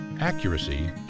accuracy